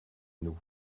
nous